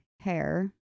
hair